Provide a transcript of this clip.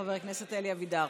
חבר הכנסת אלי אבידר.